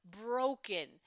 broken